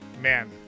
man